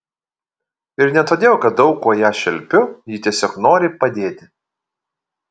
ir ne todėl kad daug kuo ją šelpiu ji tiesiog nori padėti